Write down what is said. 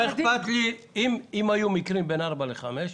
אם היו מקרים בגילאים בין ארבע לחמש שנים,